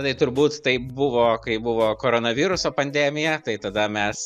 tai turbūt tai buvo kaip buvo koronaviruso pandemija tai tada mes